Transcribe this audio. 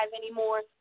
anymore